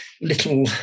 little